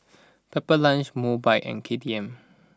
Pepper Lunch Mobike and K T M